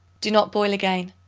do not boil again.